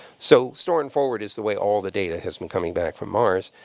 so store-and-forward is the way all the data has been coming back from mars.